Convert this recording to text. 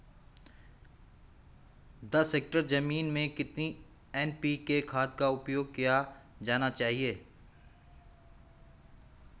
दस हेक्टेयर जमीन में कितनी एन.पी.के खाद का उपयोग किया जाना चाहिए?